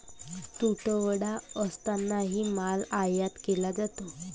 तुटवडा असतानाही माल आयात केला जातो